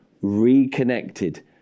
reconnected